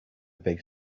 big